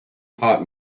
pop